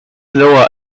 lower